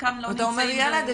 אתה אומר ילד,